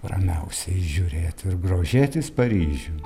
ramiausiai žiūrėt ir grožėtis paryžium